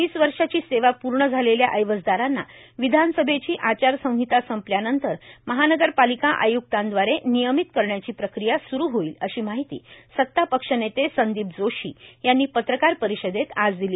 वीस वर्षाची सेवा पूर्ण झालेल्या ऐवजदारांना विधानसभेची आचारसंहिता संपल्यानंतर महानगरपालिका आयुक्ताद्वारे नियमित करण्याची प्रक्रिया सुरू होईल अशी माहिती सतापक्ष नेते संदीप जोशी यांनी पत्रकार परिषदेत आज दिली